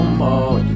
more